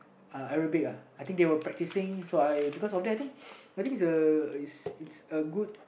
uh Arabic ah I think they was practicing so I because of that I think I think is a is a good